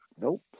nope